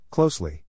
Closely